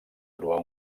trobar